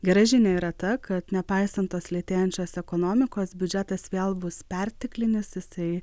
gera žinia yra ta kad nepaisant lėtėjančios ekonomikos biudžetas vėl bus perteklinis tai